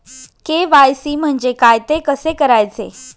KYC म्हणजे काय? ते कसे करायचे?